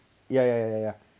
ya ya ya ya